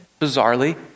bizarrely